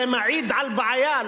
זה מעיד על בעיה,